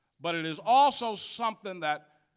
but it is also something that